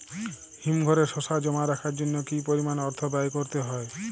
হিমঘরে শসা জমা রাখার জন্য কি পরিমাণ অর্থ ব্যয় করতে হয়?